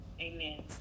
Amen